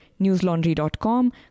newslaundry.com